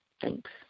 Thanks